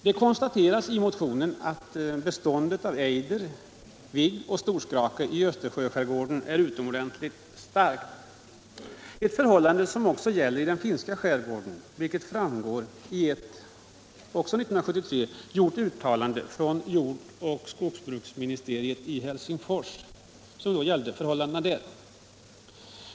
Det konstateras i motionen att beståndet av ejder, vigg och storskrake i Östersjöskärgården är utomordentligt stark, ett förhållande som också gäller i den finska skärgården, vilket framgick i ett år 1973 gjort uttalade från jordoch skogsbruksministeriet i Helsingfors om förhållandena där.